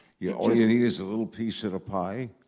yeah all you need is a little piece of the pie?